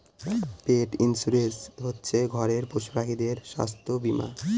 পেট insurance হচ্ছে ঘরের পশুপাখিদের স্বাস্থ্য বীমা